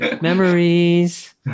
Memories